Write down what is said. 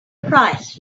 price